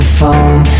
phone